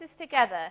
together